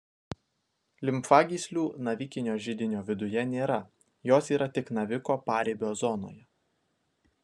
limfagyslių navikinio židinio viduje nėra jos yra tik naviko paribio zonoje